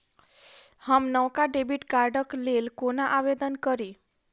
हम नवका डेबिट कार्डक लेल कोना आवेदन करी?